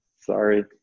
Sorry